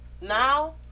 Now